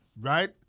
Right